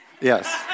Yes